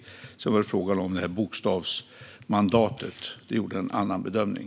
När det sedan var fråga om bokstavsmandatet gjorde vi en annan bedömning.